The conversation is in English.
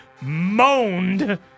moaned